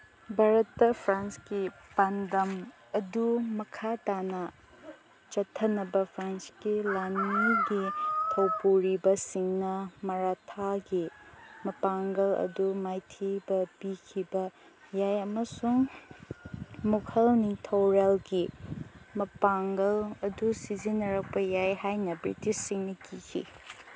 ꯚꯥꯔꯠꯇ ꯐ꯭ꯔꯥꯟꯁꯀꯤ ꯄꯥꯟꯗꯝ ꯑꯗꯨ ꯃꯈꯥ ꯇꯥꯅ ꯆꯠꯊꯅꯕ ꯐ꯭ꯔꯥꯟꯁꯀꯤ ꯂꯥꯟꯃꯤꯒꯤ ꯊꯧ ꯄꯨꯔꯤꯕꯁꯤꯡꯅ ꯃꯔꯊꯥꯒꯤ ꯃꯄꯥꯡꯒꯜ ꯑꯗꯨ ꯃꯥꯏꯊꯤꯕ ꯄꯤꯈꯤꯕ ꯌꯥꯏ ꯑꯃꯁꯨꯡ ꯃꯨꯈꯜ ꯅꯤꯡꯊꯧꯔꯦꯜꯒꯤ ꯃꯄꯥꯡꯒꯜ ꯑꯗꯨ ꯁꯤꯖꯤꯟꯅꯔꯛꯄ ꯌꯥꯏ ꯍꯥꯏꯅ ꯕ꯭ꯔꯤꯇꯤꯁꯁꯤꯡꯅ ꯀꯤꯈꯤ